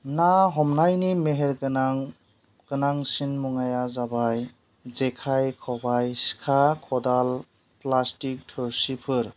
ना हमनायनि मेहेर गोनां गोनांसिन मुवाया जाबाय जेखाय खबाय सिखा ख'दाल प्लासटिक थोरसिफोर